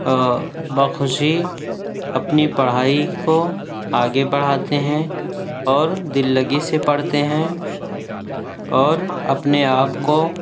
بخوشی اپنی پڑھائی کو آگے بڑھاتے ہیں اور دل لگی سے پڑھتے ہیں اور اپنے آپ کو